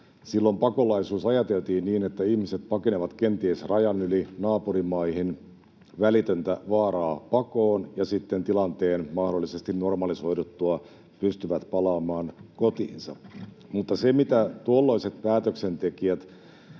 Silloin pakolaisuus ajateltiin niin, että ihmiset pakenevat kenties rajan yli naapurimaihin välitöntä vaaraa pakoon ja sitten tilanteen mahdollisesti normalisoiduttua pystyvät palaamaan kotiinsa, mutta se, mitä tuolloiset päätöksentekijät